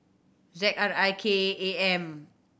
Z R I K eight M